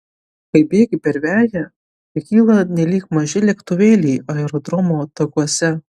kai bėgi per veją jie kyla nelyg maži lėktuvėliai aerodromo takuose